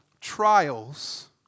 trials